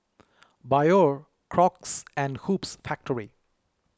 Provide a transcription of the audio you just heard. Biore Crocs and Hoops Factory